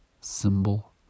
symbol